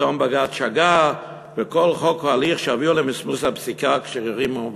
פתאום בג"ץ שגה וכל חוק או הליך שיביאו למסמוס הפסיקה כשר ומבורך.